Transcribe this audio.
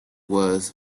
was